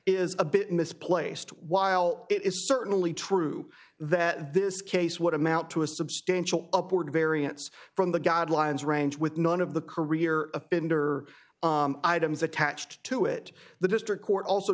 is a bit misplaced while it is certainly true that this case what amount to a substantial upward variance from the guidelines range with none of the career of bender items attached to it the district court also